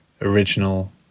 original